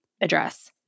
address